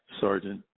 Sergeant